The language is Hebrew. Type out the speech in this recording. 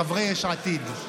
חברי יש עתיד,